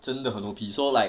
真的很 O_P so like